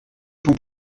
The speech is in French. pont